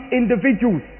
individuals